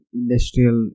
industrial